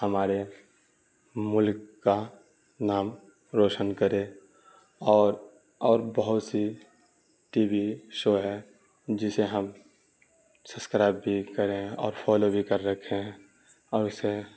ہمارے ملک کا نام روشن کرے اور اور بہت سی ٹی وی شو ہے جسے ہم سبسکرائب بھی کریں اور فالو بھی کر رکھے ہیں اور اسے